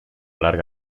larga